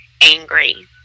angry